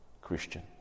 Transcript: Christian